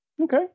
Okay